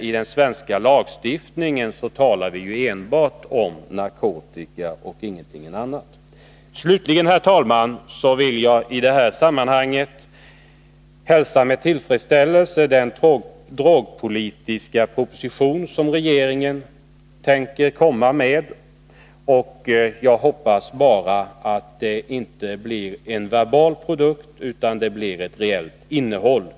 I den svenska lagstiftningen talar vi enbart om narkotika och ingenting annat. Slutligen vill jag, herr talman, i detta sammanhang hälsa med tillfredsställelse den drogpolitiska proposition som regeringen avser att lägga fram. Jag hoppas bara att det inte enbart blir en verbal produkt, utan att det blir ett reellt innehåll i den.